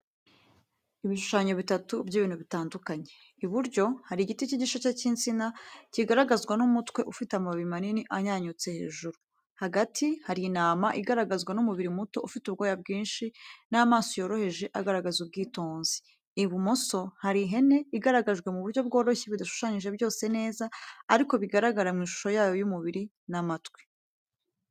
Ibishushanyo bitatu by’ibintu bitandukanye: Iburyo: Hari igiti cy’igisheke cy’insina, kigaragazwa n’umutwe ufite amababi manini anyanyutse hejuru. Hagati: Hari intama, igaragazwa n’umubiri muto ufite ubwoya bwinshi n’amaso yoroheje agaragaza ubwitonzi. Ibumoso: Hari ihene, igaragajwe mu buryo bworoshye bidashushanyije byose neza, ariko bigaragara mu ishusho yayo y’umubiri n’amatwi.